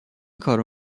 کارو